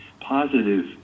positive